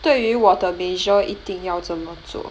对于我的 major 一定要这么做